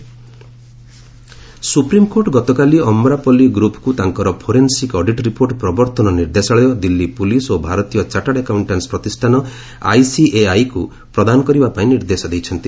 SC Amrapali supreme court ଗତକାଲି ଆମ୍ରପଲ୍ଲି ଗ୍ରୁପ୍କୁ ତାଙ୍କର ଫୋରେନ୍ସିକ୍ ଅଡିଟ୍ ରିପୋର୍ଟ୍ ପ୍ରବର୍ତ୍ତନ ନିର୍ଦ୍ଦେଶାଳୟ ଦିଲ୍ଲୀ ପୁଲିସ୍ ଓ ଭାରତୀୟ ଚାଟାର୍ଡ୍ ଆକାଉଣ୍ଟଟାନ୍ୱ ପ୍ରତିଷ୍ଠାନ ଆଇସିଏଆଇକୁ ପ୍ରଦାନ କରିବା ପାଇଁ ନିର୍ଦ୍ଦେଶ ଦେଇଛନ୍ତି